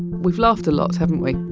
we've laughed a lot, haven't we?